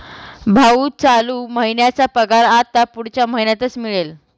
भाऊ, चालू महिन्याचा पगार आता पुढच्या महिन्यातच मिळेल